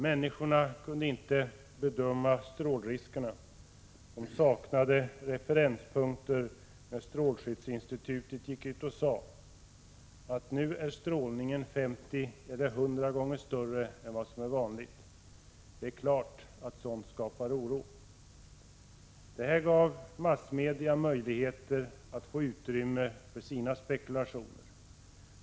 Människorna kunde inte bedöma strålriskerna. De saknade referenspunkter när SSI gick ut och sade att strålningen nu var 50 eller 100 gånger större än vad som är vanligt. Det är klart att sådant skapar oro. Detta gav massmedia möjligheter att få utrymme för sina spekulationer.